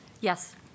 Yes